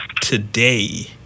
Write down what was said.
Today